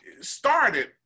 started